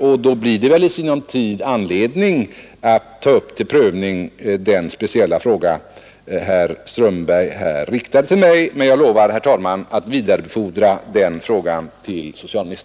och då blir det i sinom tid tillfälle att ta upp till prövning den speciella fråga som herr Strömberg riktade till mig. Jag lovar, herr talman, att vidarebefordra frågan till socialministern.